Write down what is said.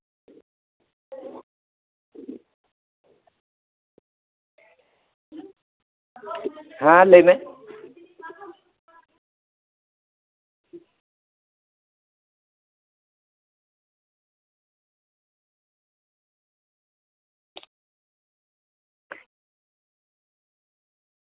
ᱦᱮᱸ ᱞᱟᱹᱭᱢᱮ